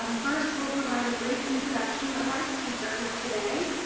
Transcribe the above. um first we'll provide brief introduction of our speakers today.